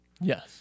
Yes